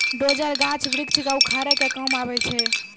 dozer, गाछ वृक्ष क उखाड़े के काम आवै छै